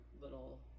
little